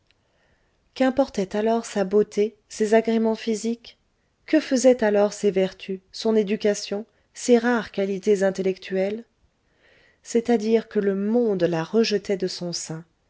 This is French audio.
qu'importaient alors sa beauté ses agréments physiques que faisaient alors ses vertus son éducation ses rares qualités intellectuelles c'est-à-dire que le monde la rejetait de son sein